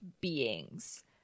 beings